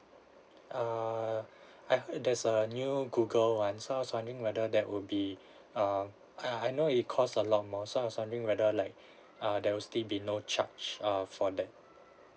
err I heard there's a new Google [one] so I was wondering whether that would be uh I I know it cost a lot more so I was wondering whether like uh there will still be no charge uh for that